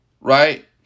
Right